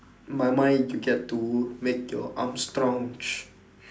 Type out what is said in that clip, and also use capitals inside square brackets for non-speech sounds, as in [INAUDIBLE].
my mind you get to make your arms strong [NOISE]